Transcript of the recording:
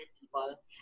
people